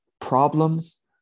problems